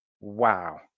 wow